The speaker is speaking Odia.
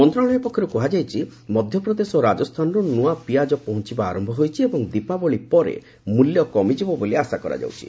ମନ୍ତ୍ରଶାଳୟ ପକ୍ଷରୁ କୁହାଯାଇଛି ମଧ୍ୟପ୍ରଦେଶ ଓ ରାଜସ୍ଥାନରୁ ନୂଆ ପିଆଜ ପହଞ୍ଚିବା ଆରମ୍ଭ ହୋଇଛି ଏବଂ ଦୀପାବଳି ପରେ ମୂଲ୍ୟ କମିଯିବ ବୋଲି ଆଶା କରାଯାଉଛି